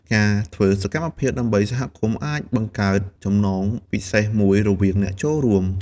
ការធ្វើសកម្មភាពដើម្បីសហគមន៍អាចបង្កើតចំណងពិសេសមួយរវាងអ្នកចូលរួម។